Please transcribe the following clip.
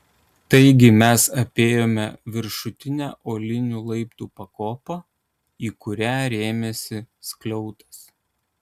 taigi mes apėjome viršutinę uolinių laiptų pakopą į kurią rėmėsi skliautas